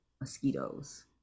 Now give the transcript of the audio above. mosquitoes